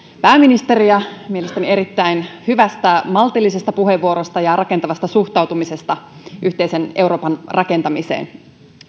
pääministeriä mielestäni erittäin hyvästä maltillisesta puheenvuorosta ja rakentavasta suhtautumisesta yhteisen euroopan rakentamiseen